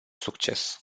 succes